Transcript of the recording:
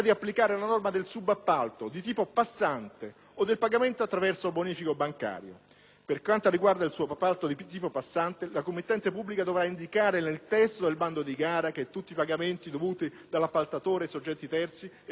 Per quanto riguarda il subappalto di tipo passante, la committente pubblica dovrà indicare nel testo del bando di gara che tutti i pagamenti dovuti dall'appaltatore ai soggetti terzi, erogatori di lavori, di servizio e di forniture, saranno liquidati direttamente alla ragioneria della stazione appaltante.